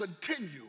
continue